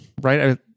right